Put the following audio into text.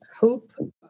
Hope